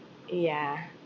yeah